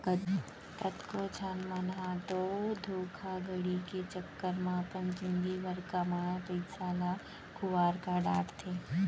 कतको झन मन ह तो धोखाघड़ी के चक्कर म अपन जिनगी भर कमाए पइसा ल खुवार कर डारथे